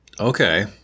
Okay